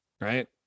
right